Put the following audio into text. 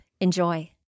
Enjoy